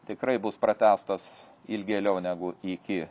tikrai bus pratęstas ilgėliau negu iki